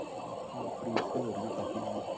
ਬਾਕੀ ਫਰੂਟਸ ਤਾਂ ਹੋਰ ਵੀ ਕਾਫੀ ਹਨ